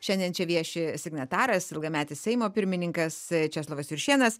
šiandien čia vieši signataras ilgametis seimo pirmininkas česlovas juršėnas